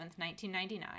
1999